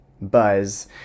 buzz